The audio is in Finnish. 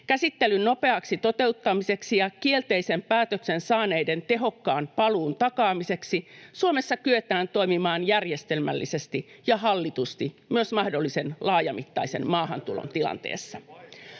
Käsittelyn nopeaksi toteuttamiseksi ja kielteisen päätöksen saaneiden tehokkaan paluun takaamiseksi Suomessa kyetään toimimaan järjestelmällisesti ja hallitusti myös mahdollisen laajamittaisen maahantulon tilanteessa.